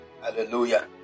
hallelujah